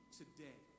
today